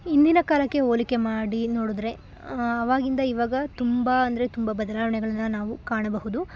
ಇಂದಿನ ಕಾಲಕ್ಕೆ ಹೋಲಿಕೆ ಮಾಡಿ ನೋಡಿದ್ರೆ ಅವಾಗಿಂದ ಇವಾಗ ತುಂಬ ಅಂದರೆ ತುಂಬ ಬದಲಾವಣೆಗಳನ್ನ ನಾವು ಕಾಣಬಹುದು